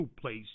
place